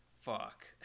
fuck